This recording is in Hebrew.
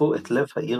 חשפו את לב העיר